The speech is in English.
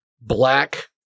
black